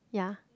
ya